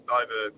over